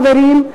חברים,